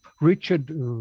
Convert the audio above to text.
Richard